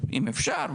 אפשר.